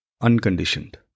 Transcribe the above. unconditioned